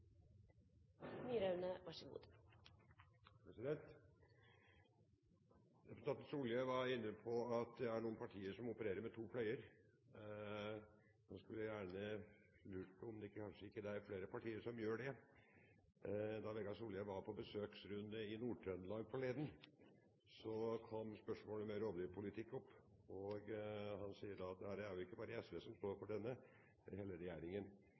noen partier som opererer med to fløyer. Nå lurer jeg på om det kanskje er flere partier som gjør det. Da Bård Vegar Solhjell var på besøksrunde i Nord-Trøndelag forleden, kom spørsmålet om rovdyrpolitikk opp. Han sier da at det er ikke bare SV som står for denne politikken, men hele regjeringen,